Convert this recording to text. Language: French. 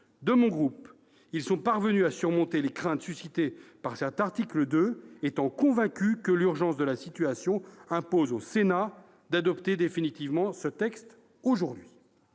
de mon groupe. Ceux-ci sont parvenus à surmonter les craintes suscitées par cet article 2, étant convaincus que l'urgence de la situation impose au Sénat d'adopter définitivement ce texte aujourd'hui,